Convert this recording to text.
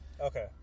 Okay